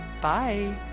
Bye